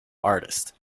artist